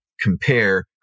compare